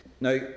Now